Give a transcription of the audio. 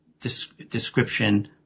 description